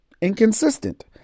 inconsistent